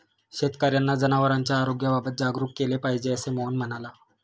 शेतकर्यांना जनावरांच्या आरोग्याबाबत जागरूक केले पाहिजे, असे मोहन म्हणाला